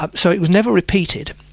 ah so it was never repeated.